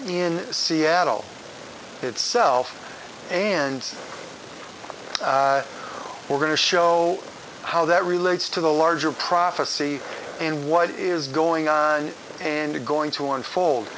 in seattle itself and we're going to show how that relates to the larger prophecy and what is going and going to unfold